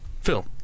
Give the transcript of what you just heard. Phil